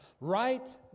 Right